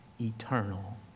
eternal